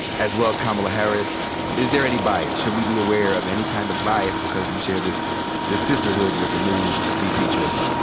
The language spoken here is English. as well as kamala harris. is there any bias? should we be aware of any kind of bias because you share this this sisterhood with the new vp choice?